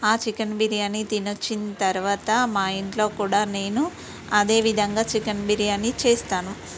ఆ చికెన్ బిర్యానీ తినొచ్చిన తర్వాత మా ఇంట్లో కూడా నేను అదే విధంగా చికెన్ బిర్యానీ చేస్తాను